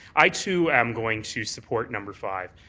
i too am going to support number five,